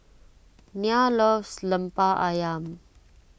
Nia loves Lemper Ayam